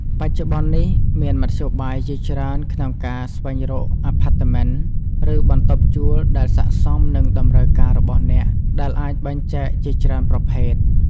បច្ចុប្បន្ននេះ មានមធ្យោបាយជាច្រើនក្នុងការស្វែងរកអាផាតមិន ឬបន្ទប់ជួលដែលស័ក្តិសមនឹងតម្រូវការរបស់អ្នក ដែលអាចបែងចែកជាច្រើនប្រភេទ។